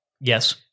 Yes